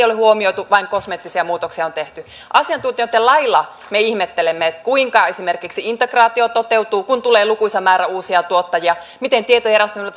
ole huomioitu vain kosmeettisia muutoksia on tehty asiantuntijoitten lailla me ihmettelemme kuinka esimerkiksi integraatio toteutuu kun tulee lukuisa määrä uusia tuottajia miten tietojärjestelmät